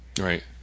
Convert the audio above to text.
Right